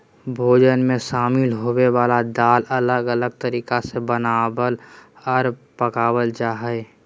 भोजन मे शामिल होवय वला दाल अलग अलग तरीका से बनावल आर पकावल जा हय